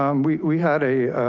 um we we had a,